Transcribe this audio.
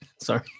Sorry